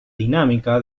dinámica